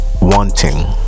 wanting